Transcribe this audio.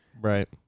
Right